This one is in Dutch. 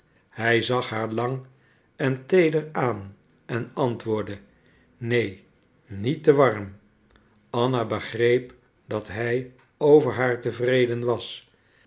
hij zag haar lang en teeder aan en antwoordde neen niet te warm anna begreep dat hij over haar tevreden was